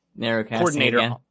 coordinator